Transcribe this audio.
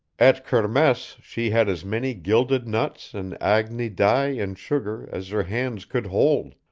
at kermesse she had as many gilded nuts and agni dei in sugar as her hands could hold